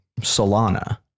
Solana